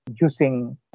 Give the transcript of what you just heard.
using